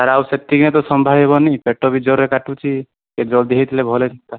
sir ଆଉ ସେତିକି ହିଁ ତ ସମ୍ଭାଳି ବି ହେବନି ପେଟ ବି ଜୋର୍ରେ କାଟୁଛି ଟିକେ ଜଲିଦି ହେଇଥିଲେ ଭଲ ହେଇଥାନ୍ତା